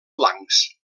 flancs